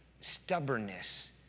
stubbornness